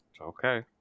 Okay